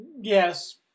Yes